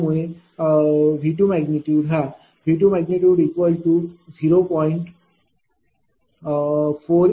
त्यामुळे V2 हा V20